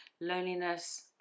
loneliness